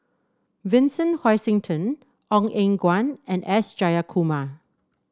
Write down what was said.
Vincent Hoisington Ong Eng Guan and S Jayakumar